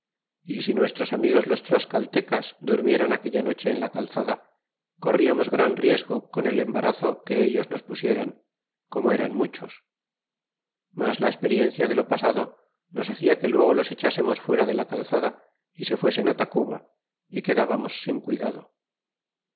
y si nuestros amigos los tlascaltecas durmieran aquella noche en la calzada corriamos gran riesgo con el embarazo que ellos nos pusieran como eran muchos mas la experiencia de lo pasado nos hacia que luego los echásemos fuera de la calzada y se fuesen a tacuba y quedábamos sin cuidado